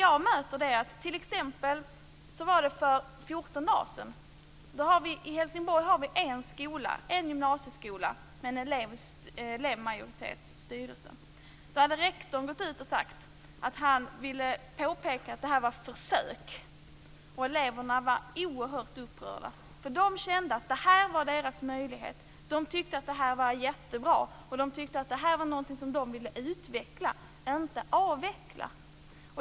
Jag kan t.ex. berätta vad jag mötte för 14 dagar sedan. I Helsingborg har vi en gymnasieskola med elevmajoritet i styrelsen. Där hade rektorn gått ut och sagt att han ville påpeka att detta var ett försök. Och eleverna var oerhört upprörda, därför att de kände att detta var deras möjlighet. De tyckte att detta var jättebra, och det tyckte att detta var något som de ville utveckla, inte avveckla.